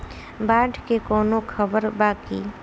बाढ़ के कवनों खबर बा की?